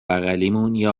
بغلیمون، یه